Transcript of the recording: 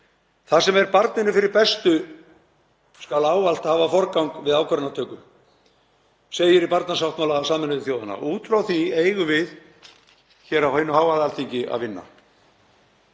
Það sem er barninu fyrir bestu skal ávallt hafa forgang við ákvarðanatöku, segir í barnasáttmála Sameinuðu þjóðanna og út frá því eigum við hér á hinu háa Alþingi að vinna.